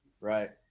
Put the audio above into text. Right